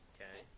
Okay